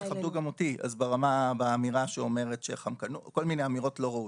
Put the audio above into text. תכבדו גם אותי באמירה חמקנות או כל מיני אמירות לא ראויות.